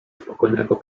spokojnego